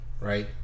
right